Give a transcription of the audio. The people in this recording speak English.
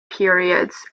periods